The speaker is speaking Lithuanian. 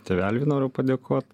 tėveliui noriu padėkot